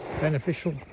beneficial